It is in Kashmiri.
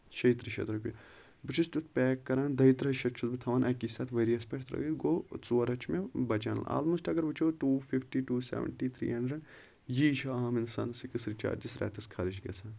شیٚیہِ تٕرٕہ شیٚتھ رۄپیہِ بہٕ چھُس تیُتھ پیک کران دۄیہِ تٕرٕہٕے شیٚتھ چھُس بہٕ تھاوان اَکی ساتہٕ تھاوان ؤریَس پٮ۪ٹھ ترٲوِتھ گوٚو ژور ہَتھ چھُ مےٚ بَچان آلمسٹ اَگر وٕچھو two fifty two seventy three hundred یی چھُ عام اِنسانَس أکِس رِچارجس رٮ۪تس خرٕچ گژھان